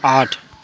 आठ